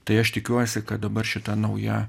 tai aš tikiuosi kad dabar šita nauja